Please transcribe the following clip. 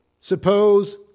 suppose